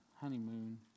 honeymoon